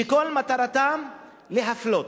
שכל מטרתם להפלות